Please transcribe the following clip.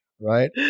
right